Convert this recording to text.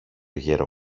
γερο